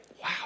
wow